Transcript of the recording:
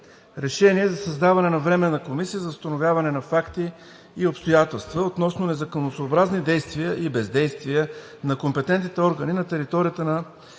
РЕШЕНИЕ за създаване на Временна комисия за установяване на факти и обстоятелства относно незаконосъобразни действия и бездействия на компетентните органи на територията на